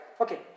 Okay